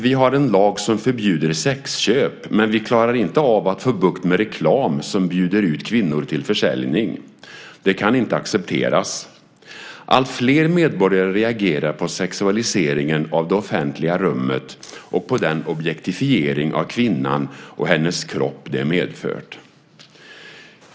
Vi har en lag som förbjuder sexköp, men vi klarar inte av att få bukt med reklam som bjuder ut kvinnor till försäljning. Det kan inte accepteras. Alltfler medborgare reagerar på sexualiseringen av det offentliga rummet och på den objektifiering av kvinnan och hennes kropp det medfört.